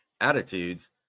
attitudes